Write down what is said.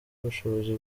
ubushobozi